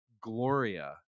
Gloria